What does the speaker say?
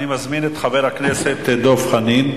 אני מזמין את חבר הכנסת דב חנין.